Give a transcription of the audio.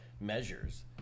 measures